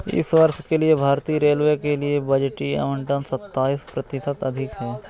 इस वर्ष के लिए भारतीय रेलवे के लिए बजटीय आवंटन सत्ताईस प्रतिशत अधिक है